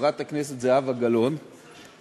חברת הכנסת זהבה גלאון אומרת,